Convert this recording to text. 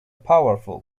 powerful